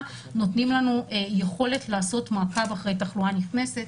נותנים לנו יכולת לעשות מעקב אחרי תחלואה נכנסת,